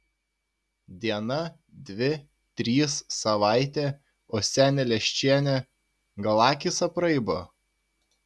diena dvi trys savaitė o senė leščienė gal akys apraibo